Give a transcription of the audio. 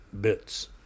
bits